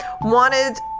wanted